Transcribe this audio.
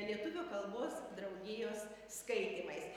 lietuvių kalbos draugijos skaitymais